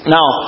Now